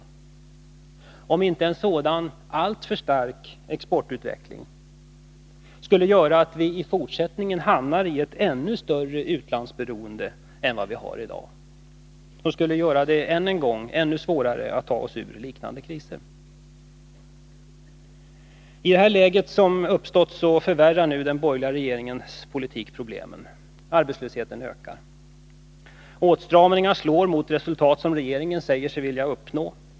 Skulle inte en sådan, alltför stark, exportutveckling betyda att vi hamnade i ett ännu större utlandsberoende än vad vi har i dag och finge det ännu svårare att ta oss ur liknande kriser? I det läge som uppstått förvärrar nu den borgerliga regeringens politik problemen. Arbetslösheten ökar. Åtstramningarna slår mot de resultat som regeringen säger sig vilja uppnå.